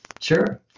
Sure